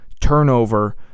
turnover